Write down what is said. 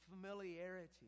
familiarity